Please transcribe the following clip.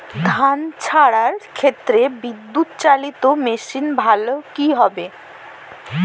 ধান ঝারার ক্ষেত্রে বিদুৎচালীত মেশিন ভালো কি হবে?